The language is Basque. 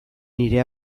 nire